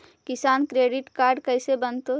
किसान credit card कैसे बनतै?